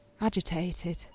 agitated